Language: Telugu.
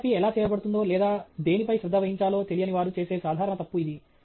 ఫోటోగ్రఫీ ఎలా చేయబడుతుందో లేదా దేనిపై శ్రద్ధ వహించాలో తెలియని వారు చేసే సాధారణ తప్పు ఇది